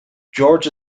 george